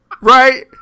Right